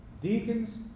Deacons